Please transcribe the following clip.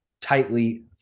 tightly